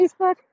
Facebook